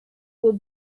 will